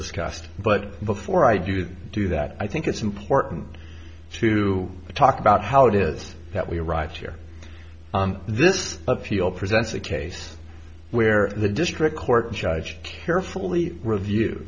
discussed but before i do do that i think it's important to talk about how it is that we arrived here this appeal presents a case where the district court judge carefully review